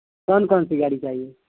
کون کون سی گاڑی چاہیے